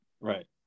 Right